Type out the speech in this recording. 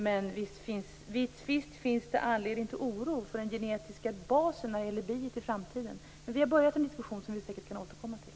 Men visst finns det anledning till oro för den genetiska basen när det gäller biet i framtiden. Men vi har börjat en diskussion som vi säkert kan återkomma till.